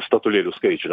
statulėlių skaičių